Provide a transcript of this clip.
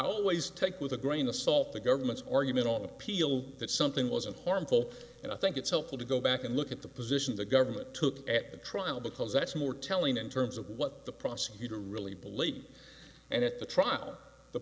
always take with a grain of salt the government's argument on appeal that something wasn't harmful and i think it's helpful to go back and look at the position the government took at the trial because that's more telling in terms of what the prosecutor really believed and at the trial the